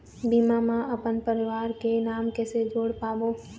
बीमा म अपन परवार के नाम किसे जोड़ पाबो?